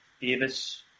Davis